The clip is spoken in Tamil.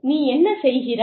நீ என்ன செய்கிறாய்